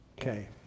Okay